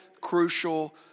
crucial